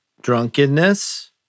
drunkenness